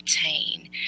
obtain